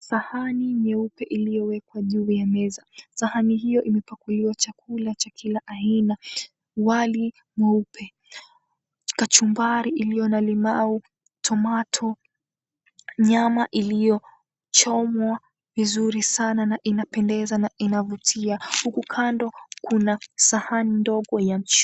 sahani nyeupe iliyowekwa juu ya meza. Sahani hiyo imepakuliwa chakula cha kila aina. Wali mweupe, kachumbari iliyo na limau, tomato nyama iliyochomwa vizuri sana na inapendeza na inavutia. Huku kando kuna sahani ndogo ya mchele.